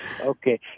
Okay